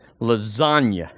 lasagna